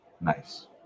Nice